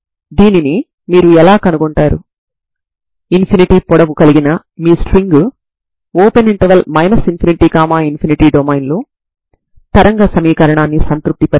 ఇప్పుడు Bnని కనుగొనడానికి రెండవ ప్రారంభ సమాచారంను ఉపయోగించండి తద్వారా నాకు An మరియు Bn ల గురించి ప్రతిదీ తెలుస్తుంది అంటే uxt గురించి తెలుస్తుంది